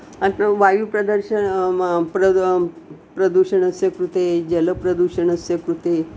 अत्र वायुप्रदर्श प्रदूषणस्य कृते जलप्रदूषणस्य कृते